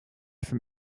from